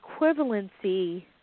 equivalency